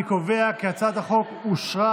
אני קובע כי הצעת החוק אושרה